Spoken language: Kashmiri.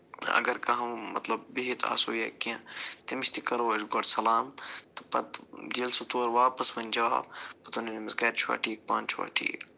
اگر کانٛہہ مطلب بِہتھ آسو یا کیٚنٛہہ تٔمِس تہِ کَرو أسۍ گۄڈٕ سَلام تہٕ پتہٕ ییٚلہِ سُہ تورٕ واپس وَنہِ جواب پتہٕ أمِس گَرِ چھُوا ٹھیٖک پانہٕ چھُوا ٹھیٖک